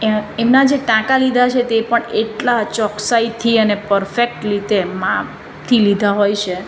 અહીંયાં એમના જે ટાંકા લીધા છે તે પણ એટલા ચોકસાઈથી અને પરફેક્ટ રીતે માપથી લીધા હોય છે